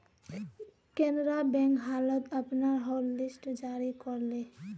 Canara bank हाल त अपनार हॉटलिस्ट जारी कर ले